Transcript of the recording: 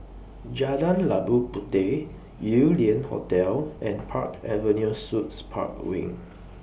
Jalan Labu Puteh Yew Lian Hotel and Park Avenue Suites Park Wing